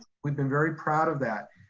we've been very proud of that.